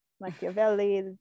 machiavelli